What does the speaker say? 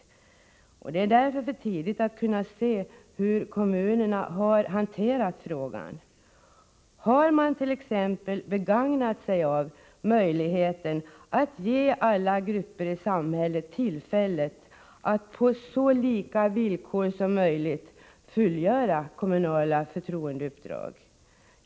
Därför är det inte möjligt att redan på ett så här tidigt stadium göra klart för sig hur kommunerna har hanterat frågan. Har man t.ex. begagnat sig av möjligheten att ge alla grupper i samhället tillfälle att på så lika villkor som möjligt fullgöra kommunala förtroendeuppdrag?